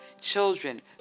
children